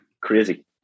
crazy